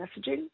messaging